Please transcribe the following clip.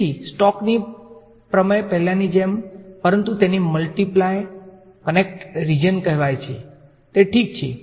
તેથી સ્ટોકની પ્રમેય પહેલાની જેમ પરંતુ જેને મલ્ટીપ્લાય કનેક્ટેડ રીજીયન કહેવામાં આવે છે તે ઠીક છે